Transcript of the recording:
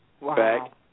Wow